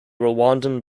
rwandan